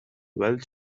ولی